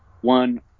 One